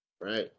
right